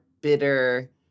bitter